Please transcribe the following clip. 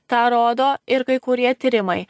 tą rodo ir kai kurie tyrimai